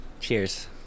Cheers